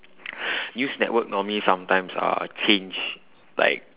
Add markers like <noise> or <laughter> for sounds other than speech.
<breath> news network normally sometimes uh change like